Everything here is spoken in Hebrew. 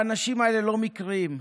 האנשים האלה לא מקריים.